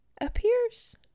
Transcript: Appears